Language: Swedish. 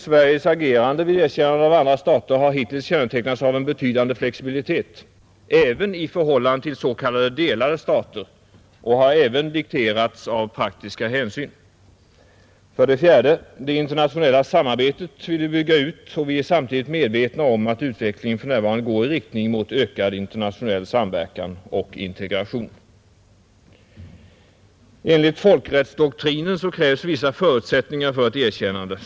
Sveriges agerande vid erkännande av andra stater har hittills kännetecknats av en betydande flexibilitet, även i förhållande till s.k. delade stater, och har också dikterats av praktiska hänsyn. 4, Det internationella samarbetet vill vi bygga ut, och vi är samtidigt medvetna om att utvecklingen för närvarande går i riktning mot ökad internationell samverkan och integration. Enligt folkrättsdoktrinen krävs vissa förutsättningar för ett erkännande.